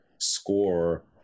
score